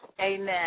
Amen